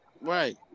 right